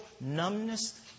numbness